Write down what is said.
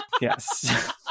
Yes